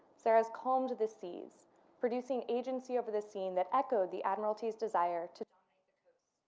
serres calmed the seas producing agency over the scene that echoed the admiralty's desire to dominate the coast